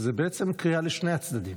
זו בעצם קריאה לשני הצדדים.